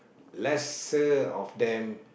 lesser of them